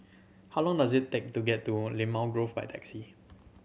how long does it take to get to Limau Grove by taxi